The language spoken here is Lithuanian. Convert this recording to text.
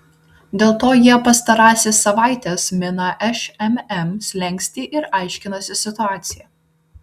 dėl to jie pastarąsias savaites mina šmm slenkstį ir aiškinasi situaciją